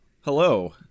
Hello